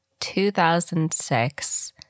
2006